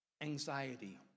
Anxiety